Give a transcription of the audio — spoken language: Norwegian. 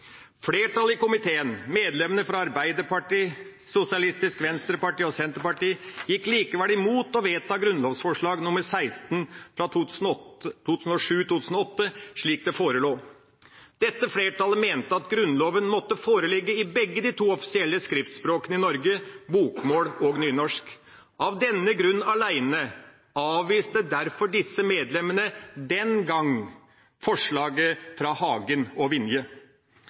Flertallet i komiteen, medlemmene fra Arbeiderpartiet, Sosialistisk venstreparti og Senterpartiet, gikk likevel imot å vedta Grunnlovsforslag nr. 16 for 2007–2008 slik det forelå. Dette flertallet mente at Grunnloven måtte foreligge i begge de to offisielle skriftspråkene i Norge, bokmål og nynorsk. Av denne grunn alene avviste derfor disse medlemmene den gang forslaget fra Hagen og Vinje.